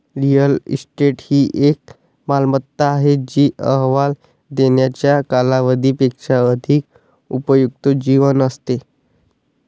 real estate ही एक मालमत्ता आहे जी अहवाल देण्याच्या कालावधी पेक्षा अधिक उपयुक्त जीवन असते